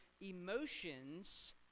emotions